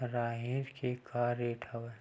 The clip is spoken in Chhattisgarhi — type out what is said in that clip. राहेर के का रेट हवय?